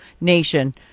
nation